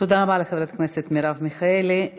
תודה רבה לחברת הכנסת מרב מיכאלי.